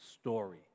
story